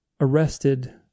arrested